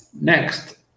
Next